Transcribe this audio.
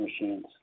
machines